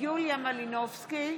יוליה מלינובסקי,